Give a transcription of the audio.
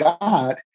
God